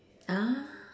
ah